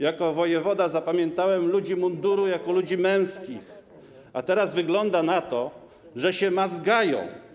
Jako wojewoda zapamiętałem ludzi munduru jako ludzi męskich, a teraz wygląda na to, że się mazgają.